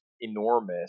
enormous